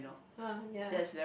oh ya